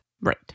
Right